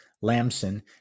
Lamson